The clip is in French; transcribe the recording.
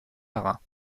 marins